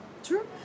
true